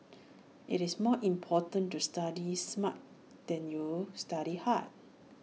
IT is more important to study smart than study hard